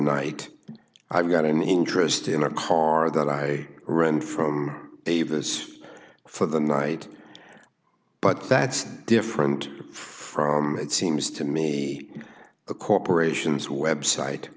night i've got an interest in a car that i run from davis for the night but that's different from it seems to me the corporations